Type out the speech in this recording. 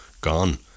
gone